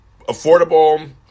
affordable